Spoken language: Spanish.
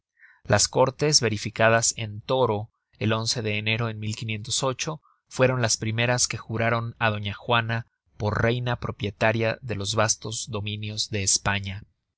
las córtes verificadas en toro el de enero de fueron las primeras que juraron á doña juana por reina propietaria de los vastos dominios de españa